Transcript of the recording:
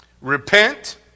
Repent